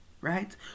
Right